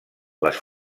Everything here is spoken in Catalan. les